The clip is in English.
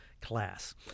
Class